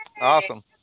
Awesome